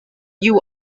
you